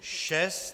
6.